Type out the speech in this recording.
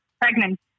pregnant